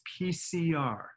PCR